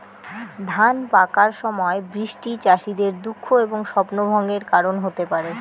ধান পাকার সময় বৃষ্টি চাষীদের দুঃখ এবং স্বপ্নভঙ্গের কারণ হতে পারে